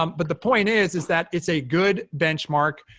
um but the point is is that it's a good benchmark.